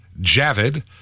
Javid